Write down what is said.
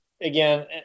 again